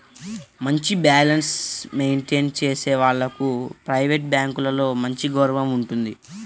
మంచి balance maintain చేసే వాళ్లకు ప్రైవేట్ బ్యాంకులలో మంచి గౌరవం ఉంటుంది